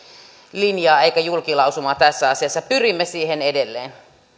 linjaa eikä julkilausumaa tässä asiassa pyrimme siihen edelleen